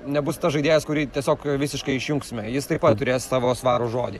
nebus tas žaidėjas kurį tiesiog visiškai išjungsime jis taip pat turės savo svarų žodį